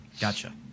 Gotcha